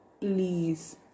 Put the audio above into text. please